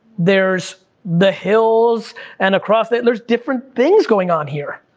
there's the hills and across it, there's different things going on here.